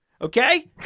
Okay